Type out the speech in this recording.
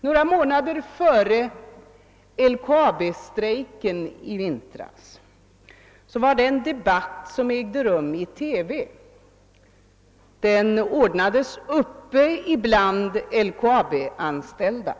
Några månader före LKAB-strejken i vintras återgavs i TV en debatt som hade anordnats däruppe bland de LKAB anställda.